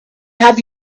have